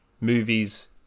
movies